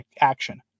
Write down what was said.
action